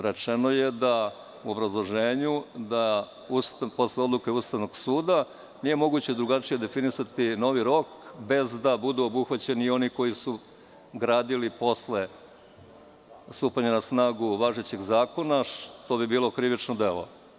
Rečeno je u obrazloženju da posle odluke Ustavnog suda nije moguće drugačije definisati novi rok, bez da budu obuhvaćeni i oni koji su gradili posle stupanja na snagu važećeg zakona, što bi bilo krivično delo.